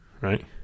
right